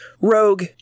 Rogue